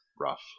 rough